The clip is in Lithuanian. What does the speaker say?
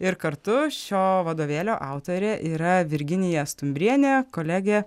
ir kartu šio vadovėlio autorė yra virginija stumbrienė kolegė